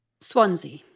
Swansea